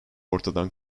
ortadan